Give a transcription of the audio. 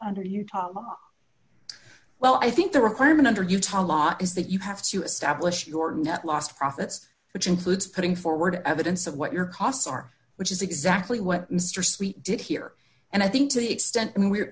under utah well i think the requirement under utah law is that you have to establish your net lost profits which includes putting forward evidence of what your costs are which is exactly what mr sweet did here and i think to the extent and we